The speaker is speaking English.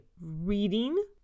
reading